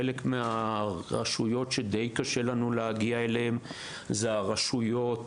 חלק מהרשויות שדי קשה לנו להגיע אליהן הן רשויות